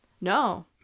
no